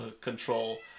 control